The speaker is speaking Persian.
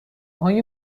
های